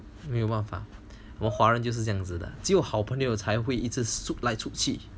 没有办法我华人就是这样子的就好朋友才会 shoot 来 shoot 去